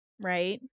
Right